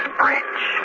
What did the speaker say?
bridge